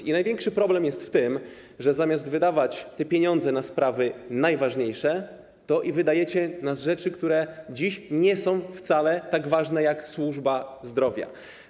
I największy problem jest w tym, że zamiast wydawać te pieniądze na sprawy najważniejsze, wydajecie na rzeczy, które dziś nie są wcale tak ważne jak służba zdrowia.